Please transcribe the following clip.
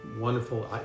wonderful